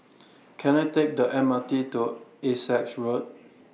Can I Take The M R T to Essex Road